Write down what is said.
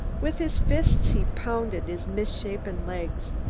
with his fists he pounded his misshapen legs.